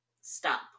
Stop